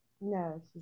No